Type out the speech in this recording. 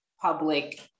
public